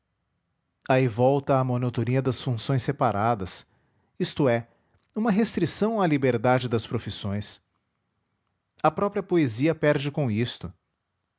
aí volta a monotonia das funções separadas isto é uma restrição à liberdade das profissões a própria poesia perde com isto